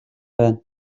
байна